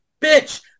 bitch